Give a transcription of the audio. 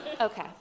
Okay